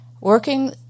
working